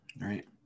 right